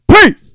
Peace